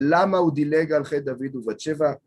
למה הוא דילג על חטא דוד ובת שבע?